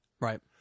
Right